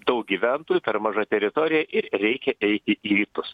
daug gyventojų per maža teritorija ir reikia eiti į rytus